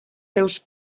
seus